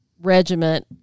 regiment